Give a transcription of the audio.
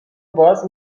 باز